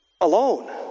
alone